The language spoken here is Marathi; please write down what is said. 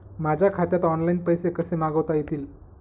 माझ्या खात्यात ऑनलाइन पैसे कसे मागवता येतील?